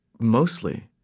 mostly,